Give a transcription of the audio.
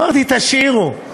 אמרתי: תשאירו.